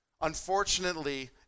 Unfortunately